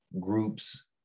groups